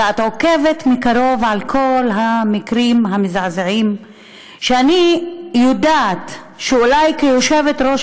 ואת עוקבת מקרוב אחרי כל המקרים המזעזעים שאני יודעת שאולי כיושבת-ראש